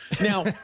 Now